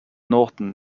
norton